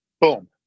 Boom